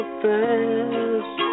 fast